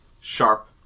sharp